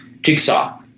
Jigsaw